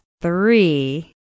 Three